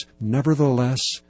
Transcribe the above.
nevertheless